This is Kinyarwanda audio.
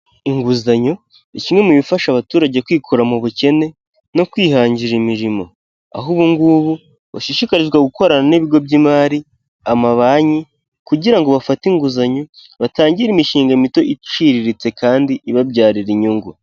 Inguzanyo ni kimwe mu bifasha abaturage kwikura mu bukene no kwihangira imirimo, aho ubungubu bashishikarizwa gukorana n'ibigo by'imari, amabanki kugira ngo bafate inguzanyo batangire imishinga mito iciriritse kandi ibabyarira inyungu.